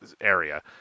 area